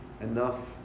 enough